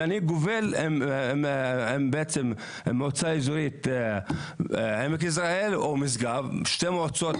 ואני גובל עם מועצה אזורית עמק יזרעאל או משגב הן שתי מועצות